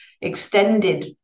extended